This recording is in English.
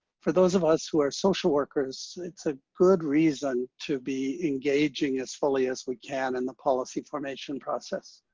for those of us who are social workers, it's a good reason to be engaging as fully as we can in the policy formation process.